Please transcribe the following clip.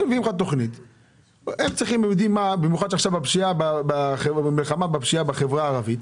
הם יודעים מה הם צריכים במיוחד עכשיו עם המלחמה בפשיעה בחברה הערבית.